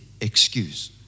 excuse